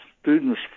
students